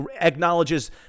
acknowledges